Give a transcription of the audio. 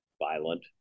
violent